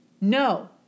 no